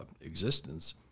existence